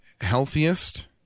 healthiest-